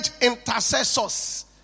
intercessors